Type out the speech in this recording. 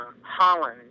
Holland